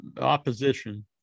opposition